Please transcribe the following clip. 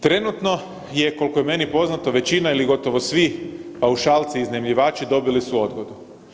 Trenutno je koliko je meni poznato većina ili gotovo svi paušalci iznajmljivači dobili su odgodu.